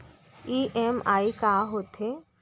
EMI का होथे?